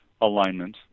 alignment